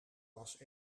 was